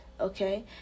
okay